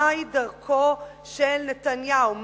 מהי דרכו של נתניהו,